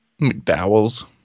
McDowell's